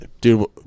Dude